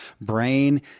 brain